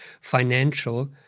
financial